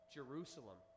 Jerusalem